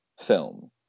film